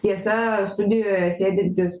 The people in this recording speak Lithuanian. tiesa studijoje sėdintis